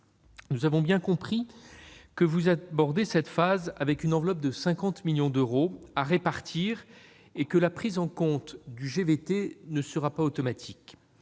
Nous avons compris que vous abordez cette phase avec une enveloppe de 50 millions d'euros à répartir et que la prise en compte du GVT ne sera pas automatique.